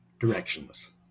directionless